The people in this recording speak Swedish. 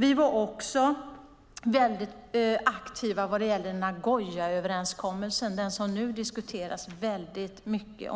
Vi var också aktiva i Nagoyaöverenskommelsen om den biologiska mångfalden, som nu diskuteras mycket,